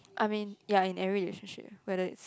I mean ya in every relationship whether is